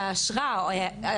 שהקיום של האשרה --- חבר'ה,